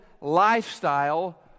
lifestyle